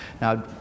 Now